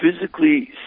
physically